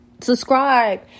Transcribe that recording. subscribe